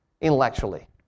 intellectually